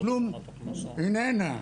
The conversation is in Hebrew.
איננה,